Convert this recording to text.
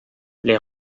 les